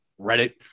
Reddit